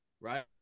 right